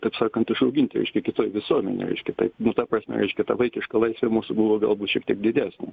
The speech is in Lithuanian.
taip sakant išauginti reiškia kitoj visuomenėj reiškia taip nu ta prasme reiškia ta vaikiška laisvė mūsų buvo galbūt šiek tiek didesnė